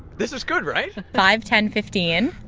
this is good, right? five, ten, fifteen.